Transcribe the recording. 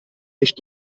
nicht